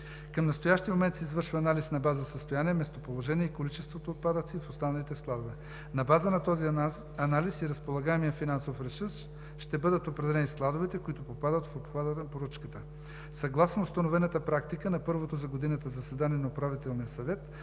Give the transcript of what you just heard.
Към настоящия момент се извършва анализ на база състояние местоположение и количеството отпадъци в останалите складове. На база на този анализ и разполагаемия финансов ресурс ще бъдат определени складовете, които попадат в обхвата на поръчката. Съгласно установената практика на първото за годината заседание на Управителния съвет